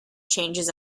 changes